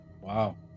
Wow